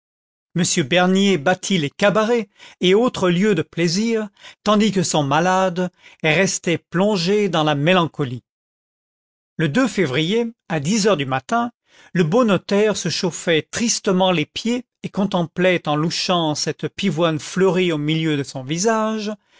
m dernier battit les cabarets et autres lieux de plaisir tandis que son malade restait plongé jans la mélancolie le février à dix heures du matin le beau notaire se chauffait tristement les pieds et contemplait en louchant cette pivoine fleurie au milieu de son visage